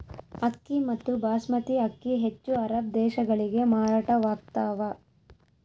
ಅಕ್ಕಿ ಮತ್ತು ಬಾಸ್ಮತಿ ಅಕ್ಕಿ ಹೆಚ್ಚು ಅರಬ್ ದೇಶಗಳಿಗೆ ಮಾರಾಟವಾಗ್ತಾವ